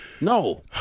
No